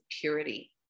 purity